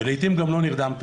ולעתים גם לא נרדמת